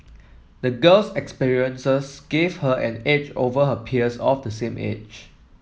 the girl's experiences gave her an edge over her peers of the same age